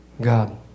God